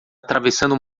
atravessando